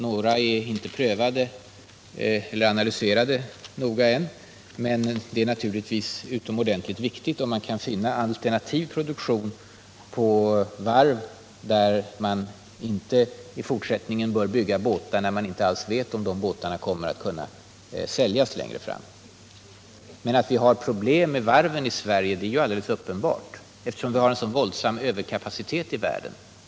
Några är inte analyserade så noga än, men det är naturligtvis utomordentligt bra, om man kan finna alternativ produktion på varv där man i fortsättningen inte kan bygga båtar, eftersom man inte alls vet om de kommer att kunna säljas längre fram. Att vi har problem med varven i Sverige är alldeles uppenbart, eftersom vi har en så oerhört stor överkapacitet i världen.